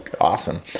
awesome